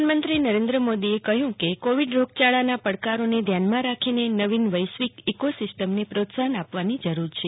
પ્રધાનમંત્રી નરેન્દ્ર મોદીએ કહ્યું છે કે કોવિડ રોગચાળાના પડકારોને ધ્યાનમાં રાખીને નવીન વૈશ્વિક ઇકોસિસ્ટમને પ્રોત્સાહન આપવાની જરૂર છે